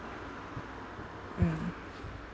mm